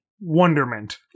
wonderment